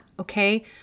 Okay